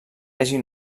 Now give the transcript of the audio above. hagi